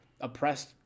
oppressed